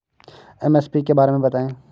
MSP के बारे में बतायें?